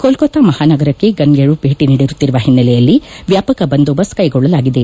ಕೊಲ್ಕತ್ತಾ ಮಹಾನಗರಕ್ಕೆ ಗಣ್ಯರು ಭೇಟ ನೀಡುತ್ತಿರುವ ಹಿನ್ನೆಲೆಯಲ್ಲಿ ವ್ಯಾಪಕ ಬಂದೋಬಸ್ತ ಕೈಗೊಳ್ಳಲಾಗಿದೆ